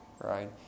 right